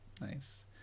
Nice